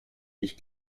ich